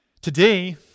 Today